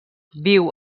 viu